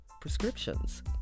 prescriptions